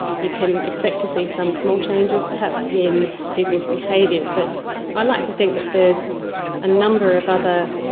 you can expect to see some small changes, perhaps in peoples' behaviors. but i'd like to think that there's a number of other